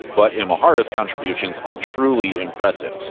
but imahara's contributions are truly impressive.